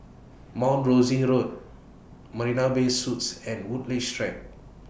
Mount Rosie Road Marina Bay Suites and Woodleigh She Track